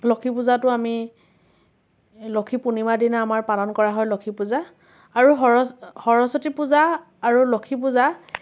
লক্ষী পূজাতো আমি লক্ষী পূৰ্ণিমাৰ দিনা আমাৰ পালন কৰা হয় লক্ষী পূজা আৰু সৰ সৰস্বতী পূজা আৰু লক্ষী পূজা